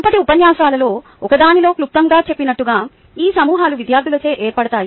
మునుపటి ఉపన్యాసాలలో ఒకదానిలో క్లుప్తంగా చెప్పినట్లుగా ఈ సమూహాలు విద్యార్థులచే ఏర్పడతాయి